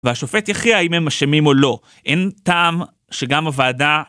והשופט יכריע אם הם אשמים או לא. אין טעם שגם הוועדה...